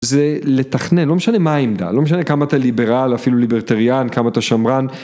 זה לתכנן, לא משנה מה העמדה, לא משנה כמה אתה ליברל, אפילו ליברטריאן, כמה אתה שמרן.